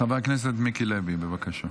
חבר הכנסת מיקי לוי, בבקשה.